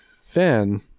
fan